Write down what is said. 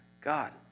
God